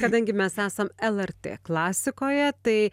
kadangi mes esam el er tė klasikoje tai